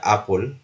Apple